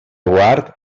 guard